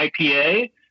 IPA